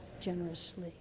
generously